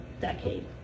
decade